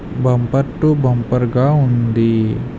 bumper to బంపర్గా ఉంది